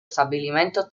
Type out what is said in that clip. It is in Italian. stabilimento